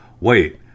wait